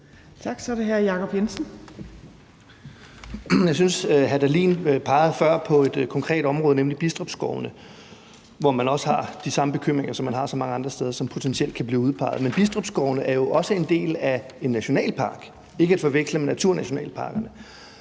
Tak. Så er det hr. Jacob Jensen. Kl. 11:37 Jacob Jensen (V): Hr. Morten Dahlin pegede før på et konkret område, nemlig Bidstrup Skovene, hvor man også har de samme bekymringer, som man har så mange af de andre steder, som potentielt kan blive udpeget, men Bidstrup Skovene er jo også en del af en nationalpark, ikke at forveksle med en naturnationalpark,